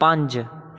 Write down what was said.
ਪੰਜ